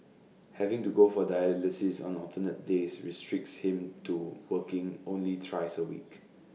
having to go for dialysis on alternate days restricts him to working only thrice A week